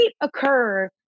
occur